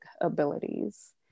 abilities